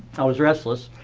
i was restless,